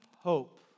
Hope